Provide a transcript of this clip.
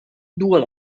dur